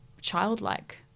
childlike